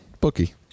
bookie